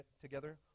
together